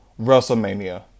WrestleMania